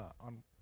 on